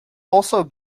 also